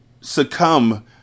succumb